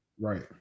Right